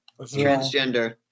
Transgender